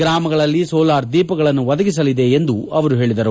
ಗ್ರಾಮಗಳಲ್ಲಿ ಸೋಲಾರ್ ದೀಪಗಳನ್ನು ಒದಗಿಸಲಿದೆ ಎಂದು ಹೇಳಿದರು